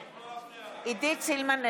וביום ראשון היה יום בריאות הנפש הבין-לאומי.